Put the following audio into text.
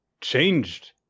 changed